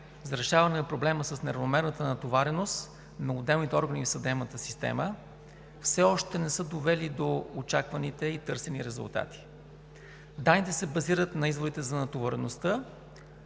за решаване на проблема с неравномерната натовареност на отделните органи и съдебната система, все още не са довели до очакваните и търсени резултати. Данните се базират на изводите за натовареността,